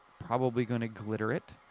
probably gonna glitter it.